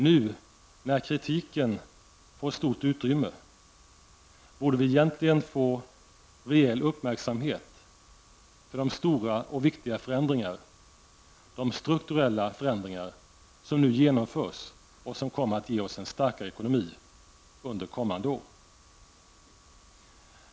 Nu, när kritiken får stort utrymme, borde vi egentligen få rejäl uppmärksamhet för de stora och viktiga förändringar, de strukturella förändringar, som nu genomförs och som kommer att ge oss en starkare ekonomi under kommande år.